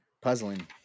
puzzling